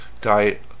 diet